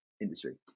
industry